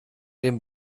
dem